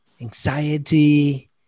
Anxiety